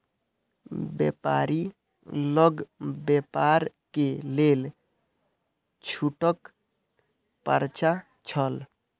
व्यापारी लग व्यापार के लेल छूटक पर्चा छल